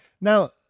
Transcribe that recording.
Now